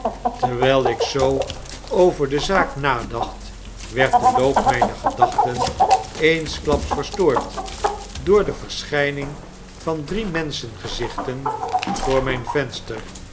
terwijl ik zoo over de zaak nadacht werd de loop mgner gedachten eensklaps verstoord door de versehgning van drie menschengezichten voor mgn venster